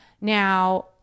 Now